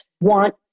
want